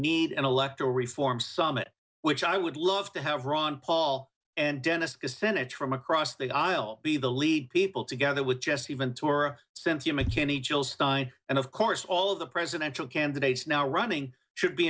need an electoral reform summit which i would love to have ron paul and dennis a senator from across the aisle be the lead people together with jesse ventura cynthia mckinney chills and of course all of the presidential candidates now running should be